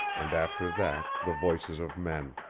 and after that the voices of men.